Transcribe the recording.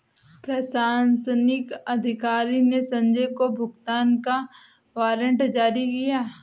प्रशासनिक अधिकारी ने संजय को भुगतान का वारंट जारी किया